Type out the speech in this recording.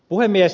puhemies